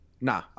Nah